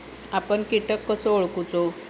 आपन कीटक कसो ओळखूचो?